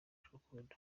n’urukundo